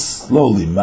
slowly